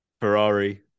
Ferrari